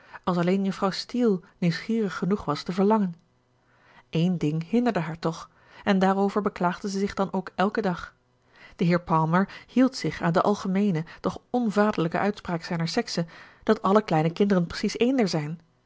als alleen juffrouw steele nieuwsgierig genoeg was te verlangen een ding hinderde haar toch en daarover beklaagde zij zich dan ook elken dag de heer palmer hield zich aan de algemeene doch onvaderlijke uitspraak zijner sekse dat alle kleine kinderen precies eender zijn